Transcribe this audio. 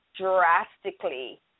drastically